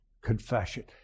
confession